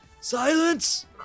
silence